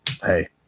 hey